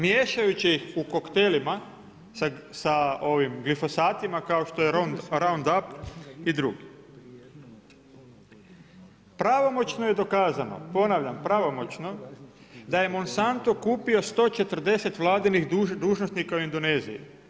Miješajući ih u koktelima sa glifosatima kao što je Roundup i dr. Pravomoćno je dokazano, ponavljam, pravomoćno da je Monsanto kupio 140 vladinih dužnosnika u Indoneziji.